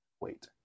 wait